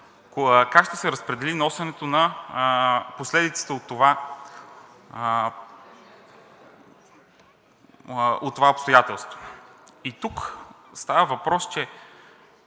как ще се разпредели носенето на последиците от това обстоятелство. И тук става въпрос, че